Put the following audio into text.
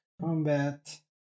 combat